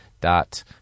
dot